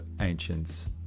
Ancients